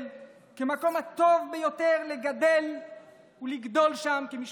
כמקום הטוב ביותר לגדול ולגדל משפחה.